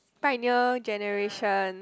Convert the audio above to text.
pioneer generation